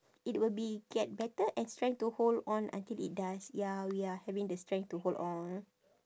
it will be get better and strength to hold on until it does ya we are having the strength to hold on